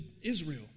Israel